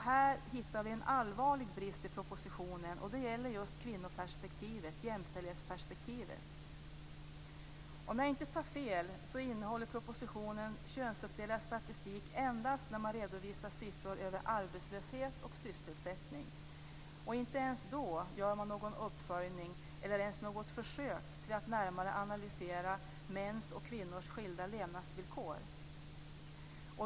Här hittar vi också en allvarlig brist i propositionen. Det gäller kvinnoperspektivet och jämställdhetsperspektivet. Om jag inte tar fel innehåller propositionen könsuppdelad statistik endast när man redovisar siffror över arbetslöshet och sysselsättning. Inte ens då gör man någon uppföljning eller något försök att närmare analysera mäns och kvinnors skilda levnadsvillkor.